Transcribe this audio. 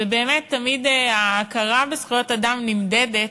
באמת תמיד ההכרה בזכויות האדם נמדדת,